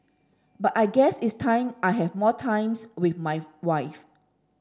but I guess it's time I have more times with my wife